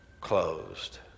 closed